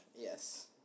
Yes